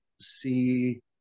See